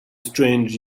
strange